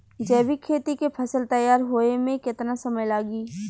जैविक खेती के फसल तैयार होए मे केतना समय लागी?